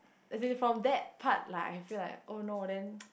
is it from that part lah I feel like oh no then